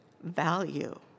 value